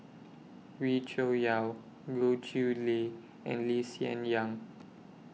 Wee Cho Yaw Goh Chiew Lye and Lee Hsien Yang